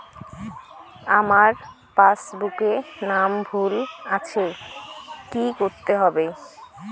আমার পাসবুকে নাম ভুল আছে কি করতে হবে?